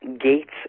gates